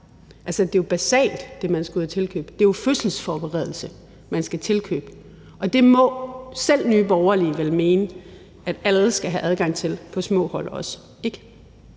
det er jo basalt, hvad man skulle ud at tilkøbe, det er jo fødselsforberedelse, man skal tilkøbe, og det må selv Nye Borgerlige vel mene at alle skal have adgang til, også på små hold,